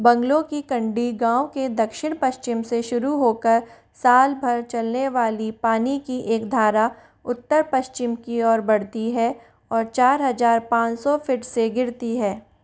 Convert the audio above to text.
bungalow की कंडी गाँव के दक्षिण पश्चिम से शुरू होकर साल भर चलने वाली पानी की एक धारा उत्तर पश्चिम की ओर बढ़ती है और चार हजार पाँच सौ फीट से गिरती है